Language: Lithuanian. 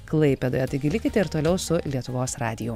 klaipėdoje taigi likite ir toliau su lietuvos radiju